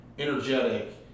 Energetic